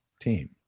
team